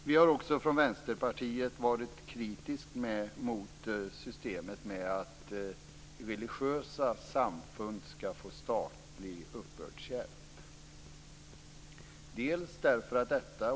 Vi har också från Vänsterpartiet varit kritiska mot systemet med att religiösa samfund skall få statlig uppbördshjälp.